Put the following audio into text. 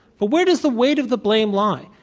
but where does the weight of the blame lie?